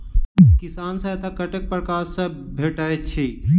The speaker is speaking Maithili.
किसान सहायता कतेक पारकर सऽ भेटय छै?